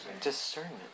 discernment